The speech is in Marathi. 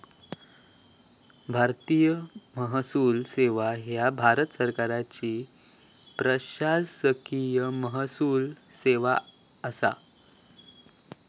भारतीय महसूल सेवा ह्या भारत सरकारची प्रशासकीय महसूल सेवा असा